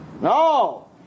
No